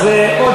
אז זה יעזור.